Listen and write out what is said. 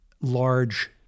large